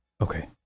Okay